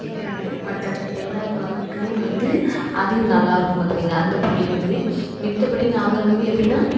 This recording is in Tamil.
சிக்கன் மட்டன் எல்லா கொழம்புக்குமே வந்து அது நல்லா இருக்கும் பார்த்துக்கோங்க அந்த பொடி வந்து மத்தபடி நாங்கள் வந்து எப்படின்னா